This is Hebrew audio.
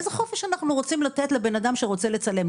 איזה חופש אנחנו רוצים לתת לבן אדם שרוצה לצלם?